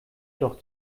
doch